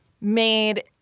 made